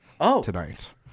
tonight